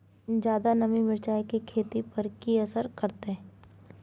ज्यादा नमी मिर्चाय की खेती पर की असर करते?